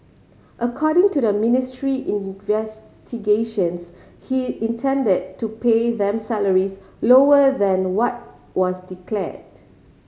according to the ministry investigations he intended to pay them salaries lower than what was declared